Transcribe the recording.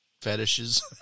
fetishes